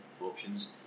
options